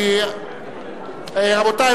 רבותי,